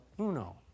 uno